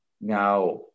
Now